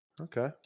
Okay